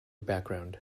background